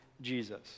Jesus